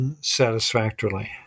satisfactorily